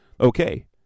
okay